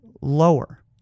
lower